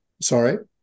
Sorry